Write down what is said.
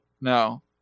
no